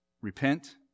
repent